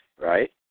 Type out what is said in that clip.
right